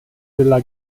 della